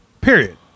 period